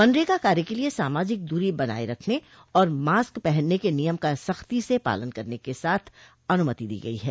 मनरेगा कार्य के लिए सामाजिक दूरी बनाये रखने और मास्क पहनने के नियम का सख्ती से पालन करने के साथ अनुमति दी गई है